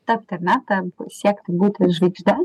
tapti ar ne ta siekti būti žvaigžde